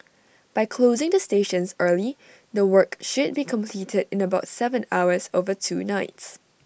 by closing the stations early the work should be completed in about Seven hours over two nights